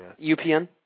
UPN